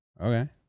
Okay